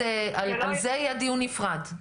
על זה יהיה דיון נפרד.